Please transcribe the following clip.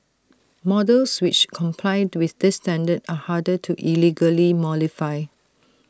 models which comply to this standard are harder to illegally modify